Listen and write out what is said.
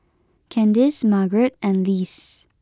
Kandice Margret and Lise